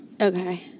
Okay